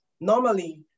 normally